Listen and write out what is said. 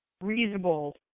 reasonable